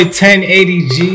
1080G